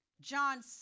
John